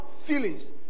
feelings